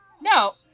No